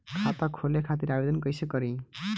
खाता खोले खातिर आवेदन कइसे करी?